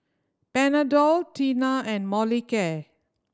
Panadol Tena and Molicare